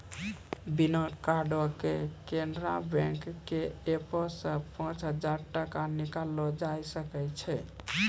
बिना कार्डो के केनरा बैंक के एपो से पांच हजार टका निकाललो जाय सकै छै